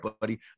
buddy